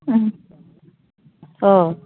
अ